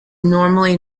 normally